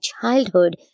childhood